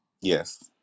Yes